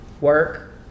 work